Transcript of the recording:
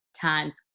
times